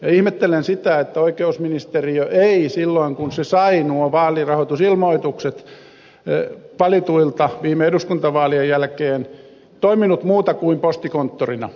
ja ihmettelen sitä että oikeusministeriö ei silloin kun se sai nuo vaalirahoitusilmoitukset valituilta viime eduskuntavaalien jälkeen toiminut muuta kuin postikonttorina